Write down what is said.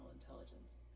intelligence